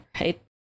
right